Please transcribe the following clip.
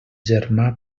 germà